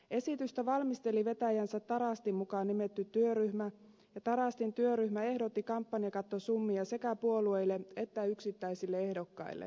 esitystä valmisteli vetäjänsä tarastin mukaan nimetty työryhmä ja tarastin työryhmä ehdotti kampanjakattosummia sekä puolueille että yksittäisille ehdokkaille